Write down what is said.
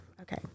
okay